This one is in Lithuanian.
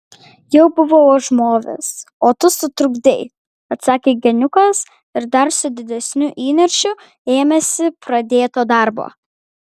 jau buvau užmovęs o tu sutrukdei atsakė geniukas ir dar su didesniu įniršiu ėmėsi pradėto darbo